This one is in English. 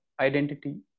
identity